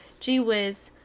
gee whiz,